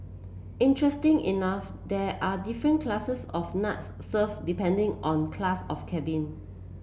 interesting enough there are different classes of nuts served depending on class of cabin